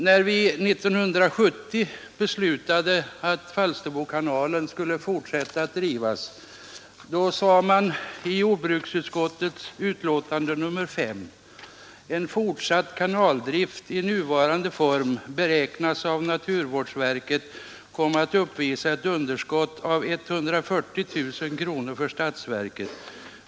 När vi 1970 beslutade att Falsterbokanalen skulle fortsätta att drivas sades det i jordbruksutskottets utlåtande nr 5: ”En fortsatt kanaldrift i nuvarande form beräknas av naturvårdsverket komma att uppvisa ett underskott av 140 000 kr. för statsverket.